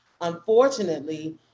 unfortunately